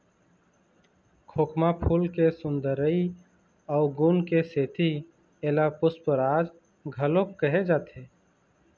खोखमा फूल के सुंदरई अउ गुन के सेती एला पुस्पराज घलोक कहे जाथे